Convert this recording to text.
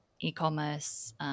e-commerce